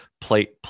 plate